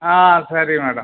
ஆ சரி மேடம்